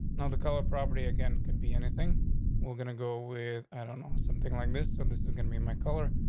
not the color property again. could be anything we're going to go with. i don't know something like this. so and this is gonna be my color.